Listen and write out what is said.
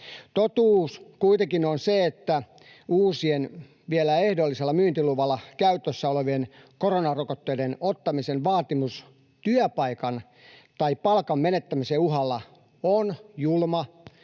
Totuus kuitenkin on se, että uusien, vielä ehdollisella myyntiluvalla käytössä olevien koronarokotteiden ottamisen vaatimus työpaikan tai palkan menettämisen uhalla on julma,